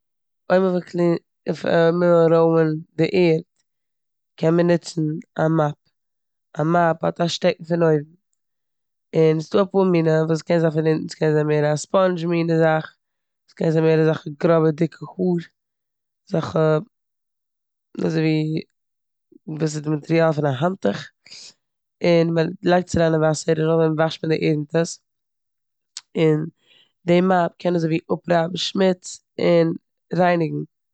אויב מ'וויל קלינע- אויב מ'וויל רוימען די ערד קען מען נוצן א מאפ. א מאפ האט א שטעקן פון אויבן און ס'דא אפאר מינע וואס קען זיין פון אונטן. ס'קען זיין מער א ספאנדש מינע זאך, ס'קען זיין מער אזעלכע גראבע דיקע האר, אזעלכע אזויווי וואס איז די מאטריאל פון א האנטוך און מ'לייגט עס אריין אין וואסער און נאכדעם וואשט מען די ערד מיט עס און די מאפ קען אזויווי אפרייבן שמוץ און רייניגן.